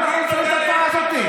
למה אנחנו צריכים את התנועה הזאת?